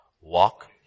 walk